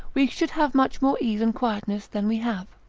we should have much more ease and quietness than we have,